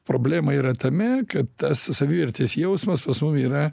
problema yra tame kad tas savivertės jausmas pas mum yra